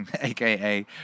aka